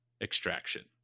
Extraction